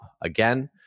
again